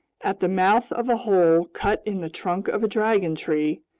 at the mouth of a hole cut in the trunk of a dragon tree,